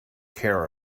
care